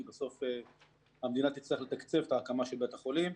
כי בסוף המדינה תצטרך לתקצב את ההקמה של בית החולים.